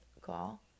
call